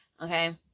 Okay